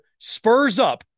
SPURSUP